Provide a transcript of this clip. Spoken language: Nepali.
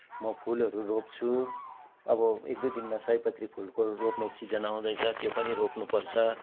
म फुलहरू रोप्छुँ अब एक दुई दिनमा सयपत्री फुलको रोप्ने सिजन आउँदैछ त्यो पनि रोप्नुपर्छ